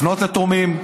לפנות לתורמים.